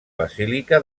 basílica